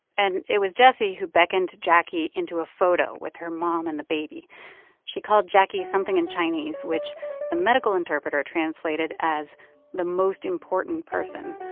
and it was jessie who beckoned jacquie into a photo with her mom and the baby she called jacquie something in chinese which the medical interpreter translated as the most important person.